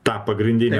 tą pagrindinę